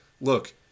look